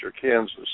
Kansas